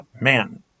man